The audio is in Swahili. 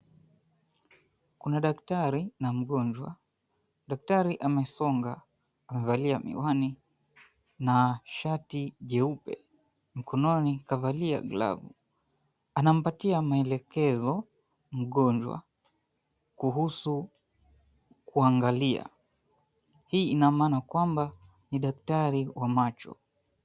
Kuna daktari na mgonjwa. Daktari amesonga, amevalia miwani na shati jeupe. Mkononi kavalia glavu. Anampatia maelekezo mgonjwa kuhusu kaungalia. Hii ina maana kwamba, ni daktari wa macho.